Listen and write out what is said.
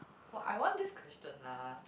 !wah! I want this question lah